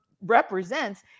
represents